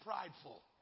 prideful